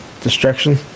destruction